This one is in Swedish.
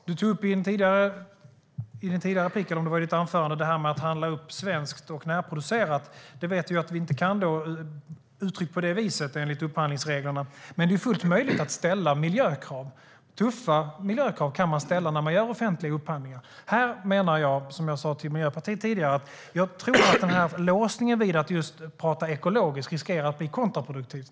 Jens Holm tog i ett tidigare anförande upp det här med att upphandla svenskt och närproducerat. Det vet vi att vi inte kan, uttryckt på det viset, enligt upphandlingsreglerna. Men det är fullt möjligt att ställa miljökrav. Man kan ställa tuffa miljökrav när man gör offentliga upphandlingar. Här tror jag att låsningen vid det ekologiska riskerar att bli kontraproduktiv, som jag sa till Miljöpartiet tidigare.